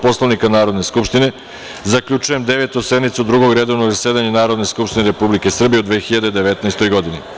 Poslovnika Narodne skupštine, zaključujem Devetu sednicu Drugog redovnog zasedanja Narodne skupštine Republike Srbije u 2019. godini.